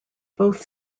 both